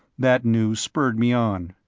that news spurred me on.